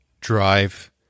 drive